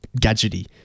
gadgety